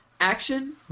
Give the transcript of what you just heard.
action